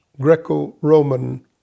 Greco-Roman